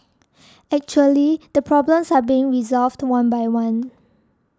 actually the problems are being resolved one by one